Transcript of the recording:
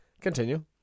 Continue